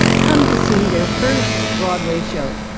come to see their first broadway show.